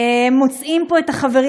מוצאים פה את החברים